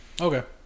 okay